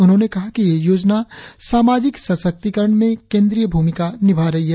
उन्होंने कहा कि यह योजना सामाजिक सशक्तिकरण में केंद्रिय भूमिका निभा रही है